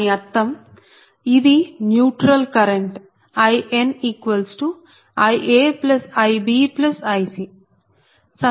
దాని అర్థం ఇది న్యూట్రల్ కరెంట్ InIaIbIc